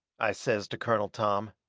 i says to colonel tom,